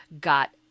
got